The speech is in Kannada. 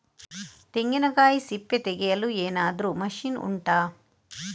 ತೆಂಗಿನಕಾಯಿ ಸಿಪ್ಪೆ ತೆಗೆಯಲು ಏನಾದ್ರೂ ಮಷೀನ್ ಉಂಟಾ